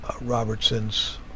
Robertson's